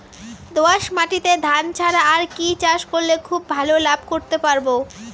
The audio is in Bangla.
দোয়াস মাটিতে ধান ছাড়া আর কি চাষ করলে খুব ভাল লাভ করতে পারব?